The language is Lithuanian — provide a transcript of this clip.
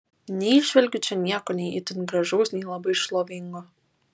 neįžvelgiu čia nieko nei itin gražaus nei labai šlovingo